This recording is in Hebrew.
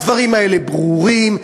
הדברים האלה ברורים.